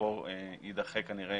תוקפו יידחה כנראה